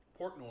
Portnoy